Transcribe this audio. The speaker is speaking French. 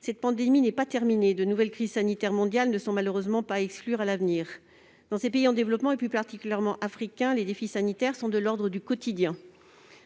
cette pandémie n'est pas terminée. De nouvelles crises sanitaires mondiales ne sont malheureusement pas exclues à l'avenir. Dans ces pays en développement, plus particulièrement africains, les défis sanitaires sont le lot du quotidien.